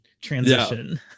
transition